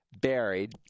Buried